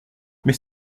mais